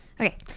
Okay